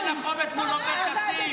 אין לך אומץ מול עופר כסיף.